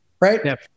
right